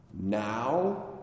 now